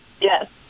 Yes